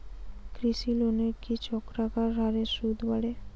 কৃষি লোনের কি চক্রাকার হারে সুদ বাড়ে?